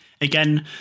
again